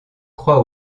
croît